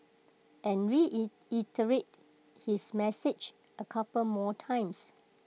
and reiterated his message A couple more times